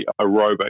aerobic